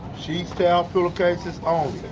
sheets, towel, pillowcases only